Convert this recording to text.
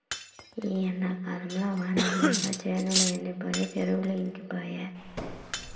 ఈ ఎండాకాలంల వానలు లేక చేనులు ఎండిపాయె చెరువులు ఇంకిపాయె